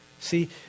See